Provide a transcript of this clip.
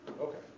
Okay